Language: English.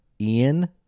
Ian